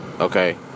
okay